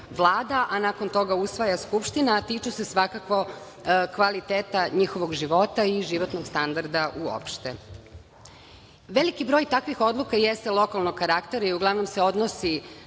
a nakon toga usvaja Skupština, a tiču se svako kvaliteta njihovog života i životnog standarda uopšte. Veliki broj takvih odluka jeste lokalnog karaktera i uglavnom se odnosi